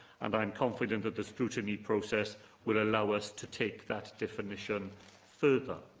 and i'm confident that the scrutiny process will allow us to take that definition further.